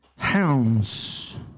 Hounds